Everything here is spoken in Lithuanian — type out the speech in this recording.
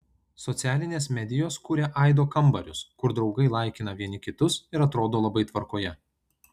socialinės medijos kuria aido kambarius kur draugai laikina vieni kitus ir atrodo labai tvarkoje